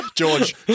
George